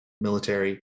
military